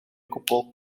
gwbl